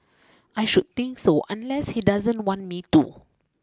I should think so unless he doesn't want me to